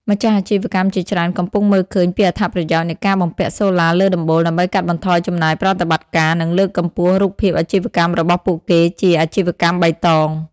ម្ចាស់អាជីវកម្មជាច្រើនកំពុងមើលឃើញពីអត្ថប្រយោជន៍នៃការបំពាក់សូឡាលើដំបូល ដើម្បីកាត់បន្ថយចំណាយប្រតិបត្តិការ និងលើកកម្ពស់រូបភាពអាជីវកម្មរបស់ពួកគេជា "អាជីវកម្មបៃតង"។